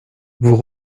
vous